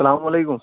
اسلامُ علیکُم